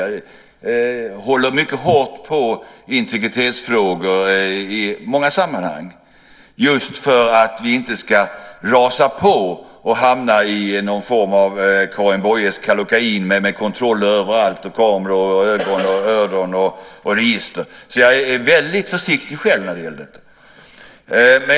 Jag håller mycket hårt på integritetsfrågor i många sammanhang, just för att vi inte ska rasa på och hamna i någon form av Karin Boyes Kallocain med kontroller överallt och kameror, ögon, öron och register. Jag är alltså väldigt försiktig själv i det avseendet.